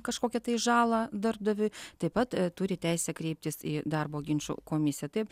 kažkokią tai žalą darbdaviui taip pat turi teisę kreiptis į darbo ginčų komisiją taip